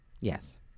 Yes